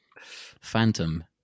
Phantom